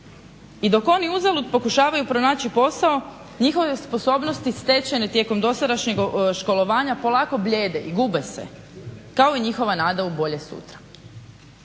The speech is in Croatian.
I dok oni uzalud pokušavaju pronaći posao njihove sposobnosti stečene tijekom dosadašnjeg školovanja polako blijede i gube se kao i njihova nada u bolje sutra.